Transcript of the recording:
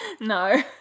No